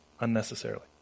unnecessarily